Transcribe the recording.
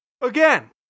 again